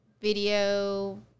video